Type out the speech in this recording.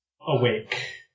awake